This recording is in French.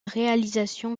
réalisation